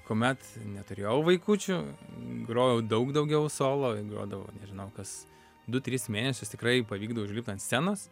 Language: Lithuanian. kuomet neturėjau vaikučių grojau daug daugiau solo grodavau nežinau kas du tris mėnesius tikrai pavykdavo užlipt ant scenos